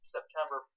September